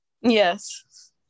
Yes